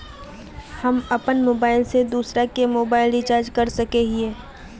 हम अपन मोबाईल से दूसरा के मोबाईल रिचार्ज कर सके हिये?